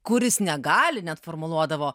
kuris negali net formuluodavo